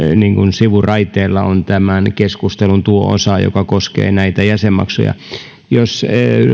sivuraiteella on tämän keskustelun tuo osa joka koskee näitä jäsenmaksuja